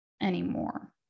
anymore